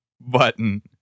button